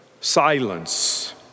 silence